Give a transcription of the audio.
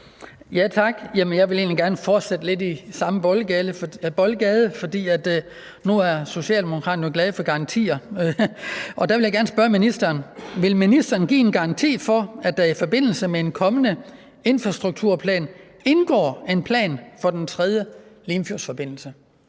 egentlig gerne fortsætte lidt i samme boldgade, for nu er Socialdemokraterne jo glade for garantier, og der vil jeg gerne spørge ministeren: Vil ministeren give en garanti for, at der i forbindelse med en kommende infrastrukturplan indgår en plan for den tredje Limfjordsforbindelse?